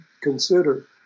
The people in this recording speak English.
consider